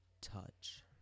Touch